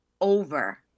over